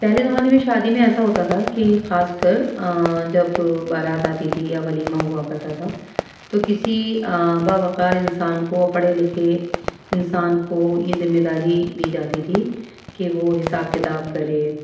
پہلے زمانے میں شادی میں ایسا ہوتا تھا کہ خاص کر جب بارات آتی تھی یا ولیمہ ہوا کرتا تھا تو کسی باوقار انسان کو پڑھے لکھے انسان کو یہ ذمے داری دی جاتی تھی کہ وہ حساب کتاب کرے